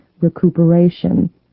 recuperation